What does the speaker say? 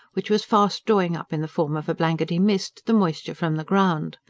which was fast drawing up in the form of a blankety mist the moisture from the ground.